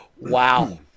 wow